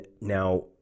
now